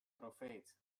profeet